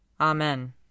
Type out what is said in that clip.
Amen